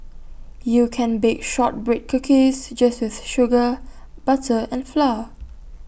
you can bake Shortbread Cookies just with sugar butter and flour